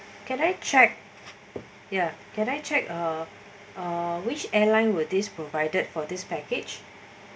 can I check ya can I check uh which airline will this provided for this package